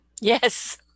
Yes